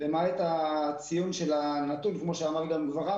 למעט הציון של הנתון כמו שאמר כאן גברעם